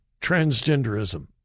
transgenderism